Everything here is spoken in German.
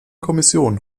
kommission